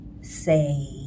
say